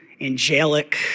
angelic